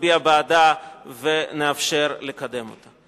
נצביע בעדה ונאפשר לקדם אותה.